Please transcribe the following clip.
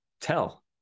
tell